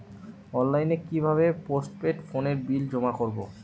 অনলাইনে কি ভাবে পোস্টপেড ফোনের বিল জমা করব?